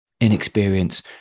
inexperience